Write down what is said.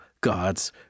God's